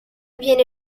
viene